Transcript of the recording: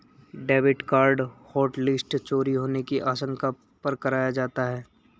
debit card hotlist चोरी होने की आशंका पर कराया जाता है